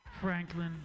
Franklin